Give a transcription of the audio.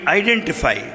identify